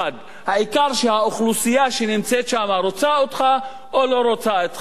העיקר שהאוכלוסייה שנמצאת שמה רוצה אותך או לא רוצה אותך.